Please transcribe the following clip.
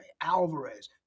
Alvarez